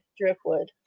Driftwood